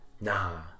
Nah